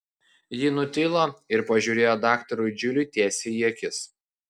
ji nutilo ir pažiūrėjo daktarui džiliui tiesiai į akis